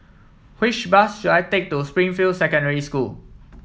which bus should I take to Springfield Secondary School